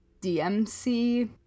DMC